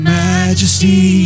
majesty